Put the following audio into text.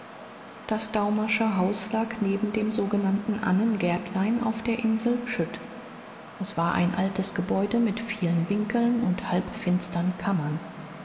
das daumersche haus lag neben dem sogenannten annengärtlein auf der insel schütt es war ein altes gebäude mit vielen winkeln und halbfinstern kammern